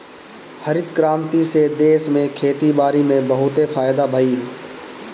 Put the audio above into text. हरित क्रांति से देश में खेती बारी में बहुते फायदा भइल